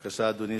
בבקשה, אדוני.